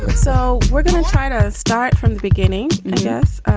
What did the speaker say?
so we're going to try to start from the beginning. yes.